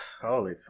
Holy